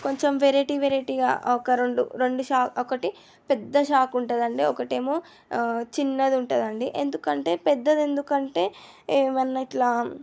కొంచెం వెరైటీ వెరైటీగా ఒక రెండు రెండు చా ఒకటి పెద్ద చాకు ఉంటదండి ఒకటేమో చిన్నది ఉంటదండి ఎందుకంటే పెద్దది ఎందుకంటే ఏమన్న ఇట్లా